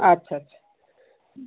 আচ্ছা আচ্ছা হুম